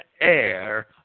air